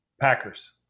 packers